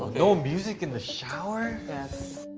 no music in the shower? yes.